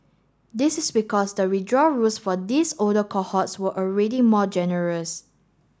this is because the withdrawal rules for these older cohorts were already more generous